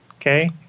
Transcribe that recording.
okay